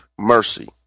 mercy